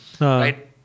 Right